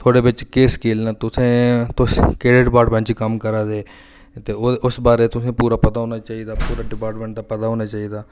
थुआढ़े बिच केह् स्किल्ल न तुसें तुस केह्ड़े डिपार्टमैंट च कम्म करै दे ते उस बारे च तुसें गी पूरा पता होना चाहिदा पूरा डिपार्टमैंट दा पता होना चाहिदा